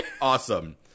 Awesome